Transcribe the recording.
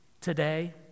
today